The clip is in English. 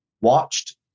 watched